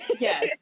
Yes